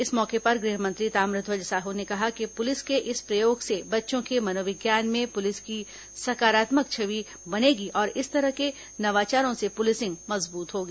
इस मौके पर गृह मंत्री ताम्रध्वज साहू ने कहा कि पुलिस के इस प्रयोग से बच्चों के मनोविज्ञान में पुलिस की सकारात्मक छवि इससे बनेगी और इस तरह के नवाचारों से पुलिसिंग मजबूत होगी